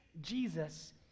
Jesus